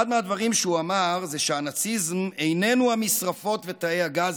אחד מהדברים שהוא אמר זה שהנאציזם איננו המשרפות ותאי הגזים,